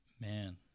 man